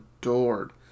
adored